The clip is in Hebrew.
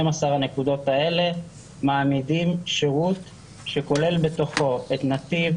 הנקודות האלה מעמידים שירות שכולל בתוכו את נתיב,